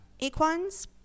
equines